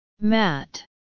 Matt